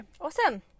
awesome